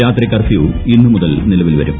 രാത്രി കർഫ്യൂ ഇന്ന് മുതൽ നിലവിൽ വരും